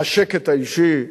השקט האישי?